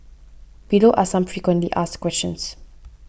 below are some frequently asked questions